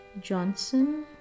Johnson